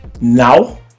Now